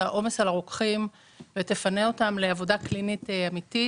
העומס על הרוקחים ותפנה אותם לעבודה קלינית אמיתית.